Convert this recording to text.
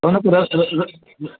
त उनखे र र